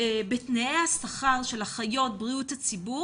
לרעה בתנאי השכר של אחיות בריאות הציבור